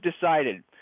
decided